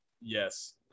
yes